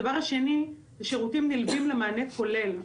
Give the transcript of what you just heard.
הדבר השני הוא שירותים נלווים למענה כולל.